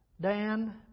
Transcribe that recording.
Dan